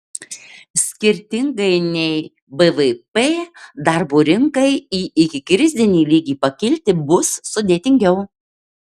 skirtingai nei bvp darbo rinkai į ikikrizinį lygį pakilti bus sudėtingiau